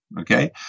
Okay